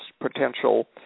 potential